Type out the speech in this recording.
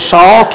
Saul